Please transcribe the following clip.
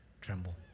tremble